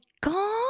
god